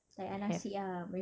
have